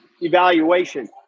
evaluation